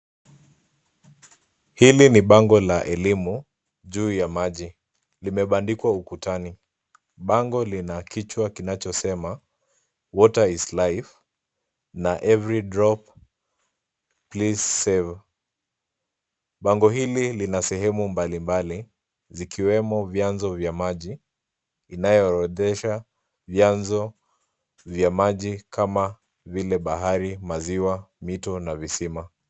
Hili ni bango la elimu juu ya maji. Limebandikwa ukutani. Bango lina kichwa kinachosema water is life na every drop please save . Bango hili lina sehemu mbalimbali zikiwemo vyanzo vya maji inayoorodhesha vyanzo vya maji kama vile bahari, maziwa, mito na visima.